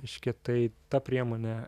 reiškia tai ta priemonė